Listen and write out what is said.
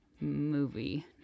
movie